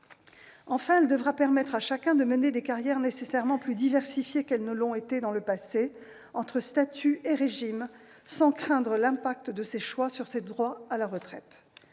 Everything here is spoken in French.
Enfin, elle devra permettre à chacun de mener des carrières nécessairement plus diversifiées qu'elles ne l'ont été dans le passé, entre statuts et régimes, sans craindre l'impact de ces choix sur ses droits à retraite.